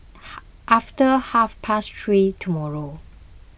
after half past three tomorrow